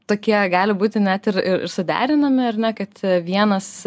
tokie gali būti net ir suderinami ar ne kad vienas